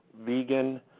vegan